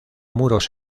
muros